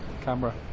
camera